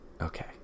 okay